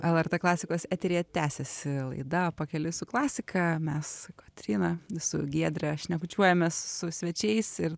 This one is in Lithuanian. lrt klasikos eteryje tęsiasi laida pakeliui su klasika mes su kotryna su giedre šnekučiuojamės su svečiais ir